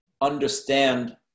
understand